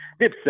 Dipset